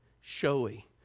showy